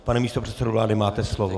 Pane místopředsedo vlády, máte slovo.